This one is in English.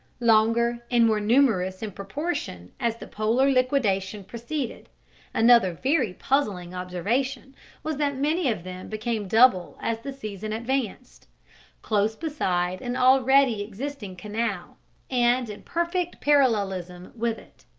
longer, and more numerous in proportion as the polar liquidation proceeded another very puzzling observation was that many of them became double as the season advanced close beside an already existing canal and in perfect parallelism with it,